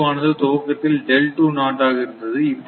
ஆனது துவக்கத்தில் ஆக இருந்தது இப்போது